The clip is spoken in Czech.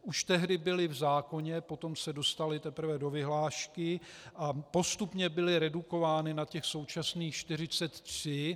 Už tehdy byly v zákoně, potom se dostaly teprve do vyhlášky a postupně byly redukovány na současných 43.